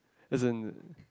as in